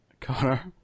Connor